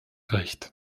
recht